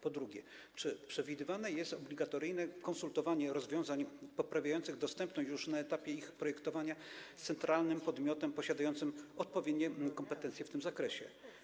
Po drugie, czy przewidywane jest obligatoryjne konsultowanie rozwiązań poprawiających dostępność już na etapie ich projektowania z centralnym podmiotom posiadającym odpowiednie kompetencje w tym zakresie?